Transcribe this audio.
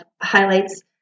highlights